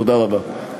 תודה רבה.